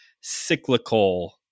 cyclical